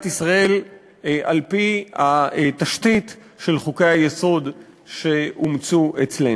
ישראל על-פי התשתית של חוקי-היסוד שאומצו אצלנו.